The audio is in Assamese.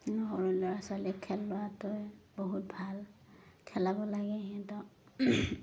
সৰু ল'ৰা ছোৱালীক খেলোৱাটো বহুত ভাল খেলাব লাগে সিহঁতক